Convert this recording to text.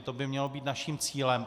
To by mělo být naším cílem.